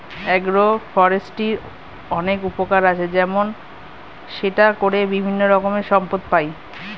agro ফরেস্ট্রির অনেক উপকার আছে, যেমন সেটা করে বিভিন্ন রকমের সম্পদ পাই